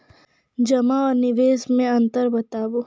जमा आर निवेश मे अन्तर बताऊ?